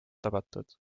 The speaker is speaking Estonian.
tabatud